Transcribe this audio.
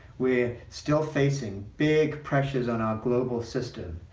we're still facing big pressures on our global system,